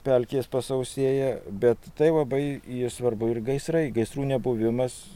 pelkės pasausėja bet tai labai svarbu ir gaisrai gaisrų nebuvimas